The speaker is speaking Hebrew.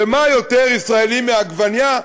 ומה יותר ישראלי מעגבנייה,